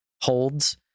holds